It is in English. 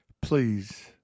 Please